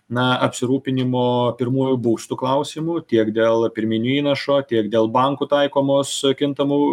na apsirūpinimo pirmuoju būstu klausimu tiek dėl pirminių įnašo tiek dėl bankų taikomos kintamų